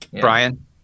brian